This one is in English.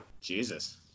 Jesus